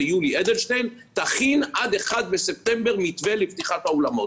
ליולי אדלשטיין: תכין עד 1 בספטמבר מתווה לפתיחת האולמות.